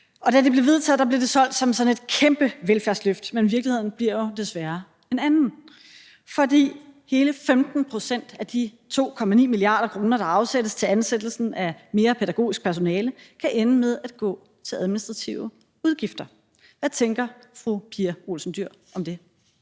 og da det blev vedtaget, blev det solgt som sådan et kæmpe velfærdsløft, men virkeligheden bliver desværre en anden. For hele 15 pct. af de 2,9 mio. kr., der afsættes til mere pædagogisk personale, kan ende med at gå til administrative udgifter. Hvad tænker fru Pia Olsen Dyhr om det?